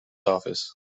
office